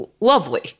lovely